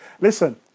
Listen